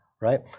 right